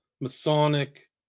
Masonic